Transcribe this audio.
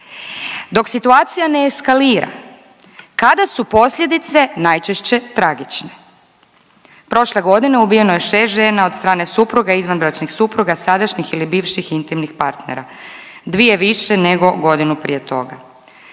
dok situacija ne eskalira kada su posljedice najčešće tragične. Prošle godine ubijeno je 6 žena od strane supruga, izvanbračnih supruga, sadašnjih ili bivših intimnih partnera, dvije više nego godinu prije toga.